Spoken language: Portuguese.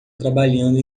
trabalhando